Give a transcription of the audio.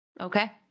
Okay